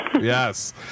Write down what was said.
yes